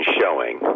showing